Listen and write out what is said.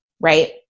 right